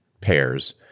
pairs